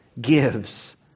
gives